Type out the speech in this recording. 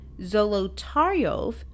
Zolotaryov